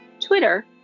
Twitter